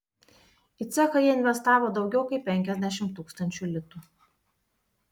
į cechą jie investavo daugiau kaip penkiasdešimt tūkstančių litų